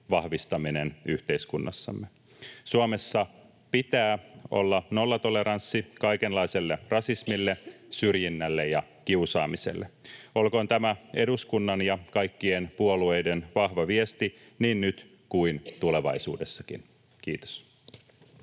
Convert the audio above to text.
vahvistaminen yhteiskunnassamme. Suomessa pitää olla nollatoleranssi kaikenlaiselle rasismille, syrjinnälle ja kiusaamiselle. Olkoon tämä eduskunnan ja kaikkien puolueiden vahva viesti niin nyt kuin tulevaisuudessakin. — Kiitos.